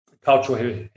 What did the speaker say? cultural